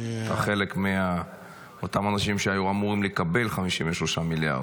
אתה חלק מאותם אנשים שהיו אמורים לקבל 53 מיליארד.